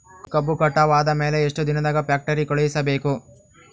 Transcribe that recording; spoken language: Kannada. ಕಬ್ಬು ಕಟಾವ ಆದ ಮ್ಯಾಲೆ ಎಷ್ಟು ದಿನದಾಗ ಫ್ಯಾಕ್ಟರಿ ಕಳುಹಿಸಬೇಕು?